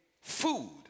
food